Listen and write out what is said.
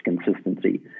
consistency